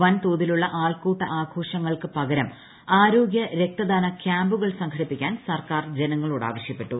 വൻ തോതീലുള്ള ആൾക്കൂട്ട ആഘോഷങ്ങൾക്കു പകരം ആരോഗ്യ രക്തദാന ക്യാമ്പുകൾ സംഘടിപ്പിക്കാൻ സർക്കാർ ജനങ്ങളോട് ആവശ്യപ്പെട്ടു